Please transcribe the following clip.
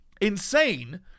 insane